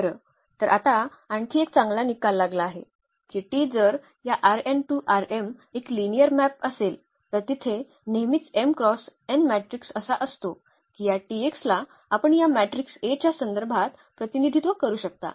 बरं तर आता आणखी एक चांगला निकाल लागला आहे की T जर या एक लिनिअर मॅप असेल तर तिथे नेहमीच m क्रॉस n मॅट्रिक्स असा असतो की या T x ला आपण या मॅट्रिक्स A च्या संदर्भात प्रतिनिधित्व करू शकता